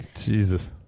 Jesus